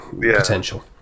potential